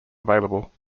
available